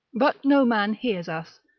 but no man hears us,